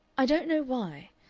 i don't know why.